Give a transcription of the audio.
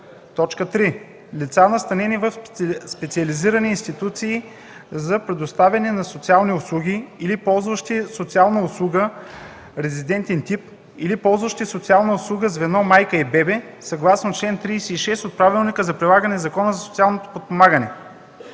сезон; 3. лица, настанени в специализирани институции за предоставяне на социални услуги или ползващи социална услуга – резидентен тип, или ползващи социална услуга звено „Майка и бебе” съгласно чл. 36 от Правилника за прилагане на Закона за социално подпомагане;